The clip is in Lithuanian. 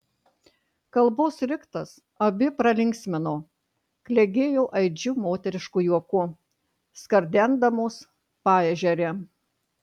kalbos riktas abi pralinksmino klegėjo aidžiu moterišku juoku skardendamos paežerę